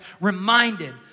reminded